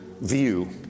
view